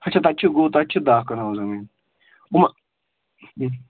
اچھا تَتہِ چھِ گوٚو تَتہِ چھِ دَہ کَنال زٔمیٖن یِم